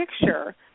picture